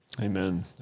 Amen